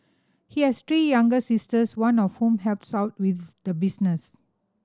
he has three younger sisters one of whom helps out with the business